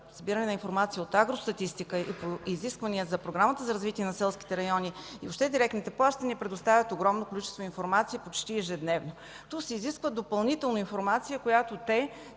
събиране на информация от агростатистика и по изисквания на Програмата за развитие на селските райони, въобще директните плащания предоставят огромно количество информация почти ежедневно. Тук се изисква допълнителна информация, която те